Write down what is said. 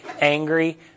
angry